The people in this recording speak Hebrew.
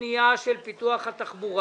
פניות מספר 422 עד 423?